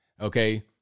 okay